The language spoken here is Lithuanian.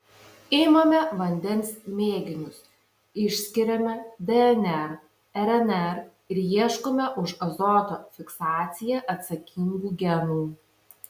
imame vandens mėginius išskiriame dnr rnr ir ieškome už azoto fiksaciją atsakingų genų